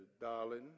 darling